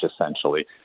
essentially